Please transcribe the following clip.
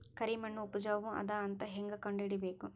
ಕರಿಮಣ್ಣು ಉಪಜಾವು ಅದ ಅಂತ ಹೇಂಗ ಕಂಡುಹಿಡಿಬೇಕು?